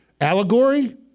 allegory